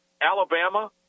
Alabama